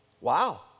wow